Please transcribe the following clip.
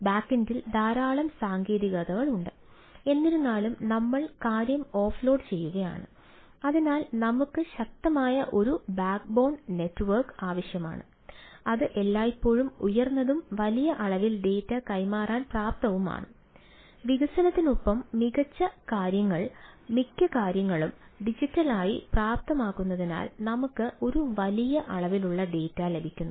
ബാക്കെൻഡിൽ ലഭിക്കുന്നു